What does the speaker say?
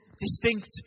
distinct